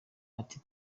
ati